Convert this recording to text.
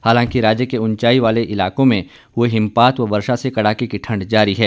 हालांकि राज्य के उंचाई वाले इलाकों में हुए हिमपात व वर्षा से कड़ाके की ठंड जारी है